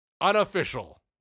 Unofficial